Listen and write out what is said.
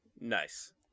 Nice